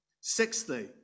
sixthly